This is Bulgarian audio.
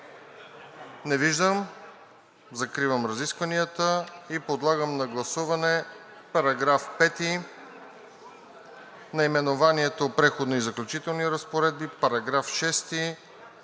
Не виждам. Закривам разискванията и подлагам на гласуване § 5, наименованието „Преходни и заключителни разпоредби“, § 6,